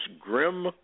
grim